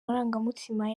marangamutima